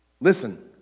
Listen